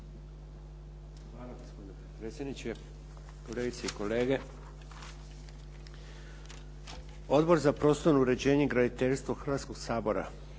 Hvala gospodine predsjedniče. Kolegice i kolege. Odbor za prostor, uređenje i graditeljstvo Hrvatskog sabora